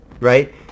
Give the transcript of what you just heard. right